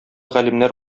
галимнәр